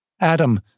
Adam